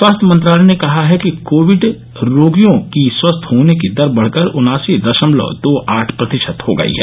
स्वास्थ्य मंत्रालय ने कहा है कि कोविड रोगियों की स्वस्थ होने की दर बढकर उनासी दशमलव दो आठ प्रतिशत हो गई है